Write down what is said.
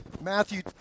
Matthew